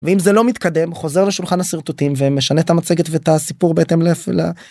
אם זה לא מתקדם חוזר לשולחן הסרטוטים ומשנה את המצגת ואת הסיפור בהתאם